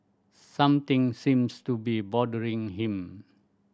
something seems to be bothering him